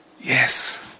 Yes